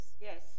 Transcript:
Yes